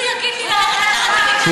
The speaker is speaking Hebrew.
הוא יגיד לי לקחת את ה"ריטלין" שלי?